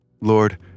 Lord